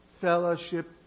fellowship